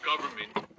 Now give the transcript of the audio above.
government